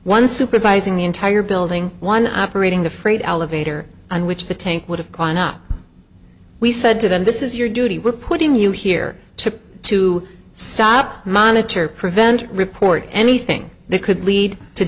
one supervising the entire building one operating the freight elevator on which the tank would have gone up we said to them this is your duty we're putting you here to to stop monitor prevent report anything that could lead to